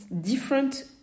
different